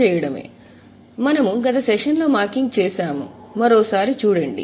కాబట్టి మనము గత సెషన్ లో మార్కింగ్ చేసాము మరోసారి చూడండి